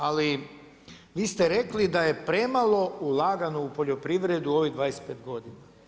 Ali vi ste rekli da je premalo ulagano u poljoprivredu u ovih 25 godina.